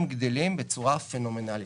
הם גדלים בצורה פנומנלית.